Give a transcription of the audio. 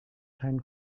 kein